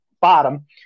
bottom